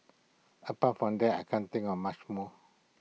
apart from that I can't think of much more